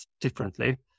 differently